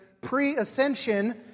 pre-ascension